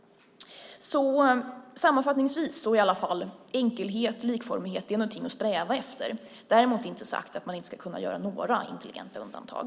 Sammanfattningsvis är enkelhet och likformighet någonting att sträva efter men därmed inte sagt att man inte ska kunna göra några intelligenta undantag.